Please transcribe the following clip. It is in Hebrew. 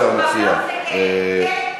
השמיעה שלך היא כנראה מאוד סלקטיבית.